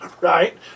right